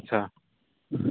अच्छा